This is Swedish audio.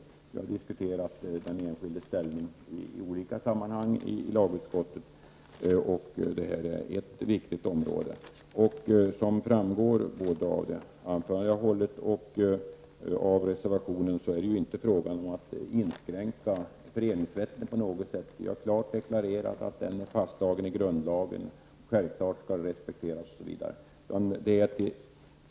Vi har diskuterat den enskildes ställning i olika sammanhang i lagutskottet. Det här är ett viktigt område. Som framgår både av mitt anförande som jag höll här tidigare och av reservationen är det inte fråga om att inskränka föreningsrätten på något vis. Vi har klart deklarerat att den är fastslagen i grundlagen. Självfallet skall det respekteras.